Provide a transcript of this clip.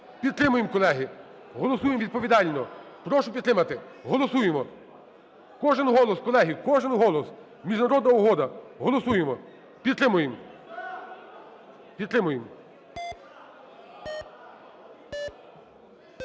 Підтримуємо, колеги, голосуємо відповідально. Прошу підтримати, голосуємо. Кожен голос, колеги, кожен голос, міжнародна угода. Голосуємо,